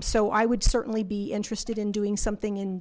so i would certainly be interested in doing something in